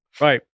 Right